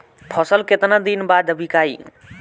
फसल केतना दिन बाद विकाई?